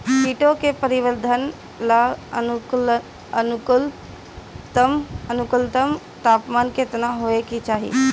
कीटो के परिवरर्धन ला अनुकूलतम तापमान केतना होए के चाही?